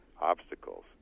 obstacles